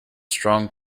strong